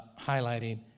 highlighting